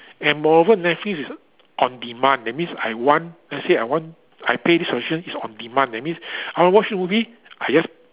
and moreover netflix is on demand that means I want let's say I want I pay this version it's on demand that means I want watch movie I just